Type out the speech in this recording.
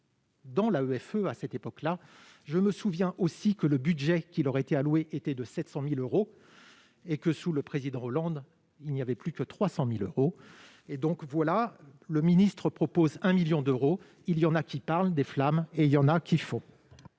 Dans la EFE à cette époque-là, je me souviens aussi que le budget qu'il aurait été alloué était de 700000 euros et que sous le président Hollande, il n'y avait plus que 300000 euros et donc voilà le ministre propose un 1000000 d'euros, il y en a qui parlent des flammes et il y en a qui faut.